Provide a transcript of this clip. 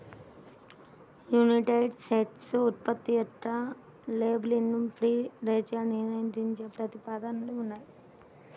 United స్టేట్స్లో ఉత్పత్తుల యొక్క లేబులింగ్ను ఫ్రీ రేంజ్గా నియంత్రించే ప్రతిపాదనలు ఉన్నాయి